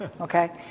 okay